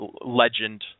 legend